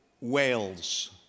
Wales